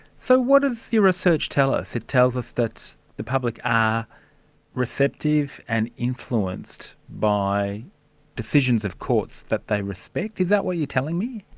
so what does your research tell us? it tells us that the public are receptive and influenced by decisions of courts that they respect, is that what you're telling me?